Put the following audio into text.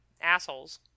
assholes